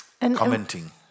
commenting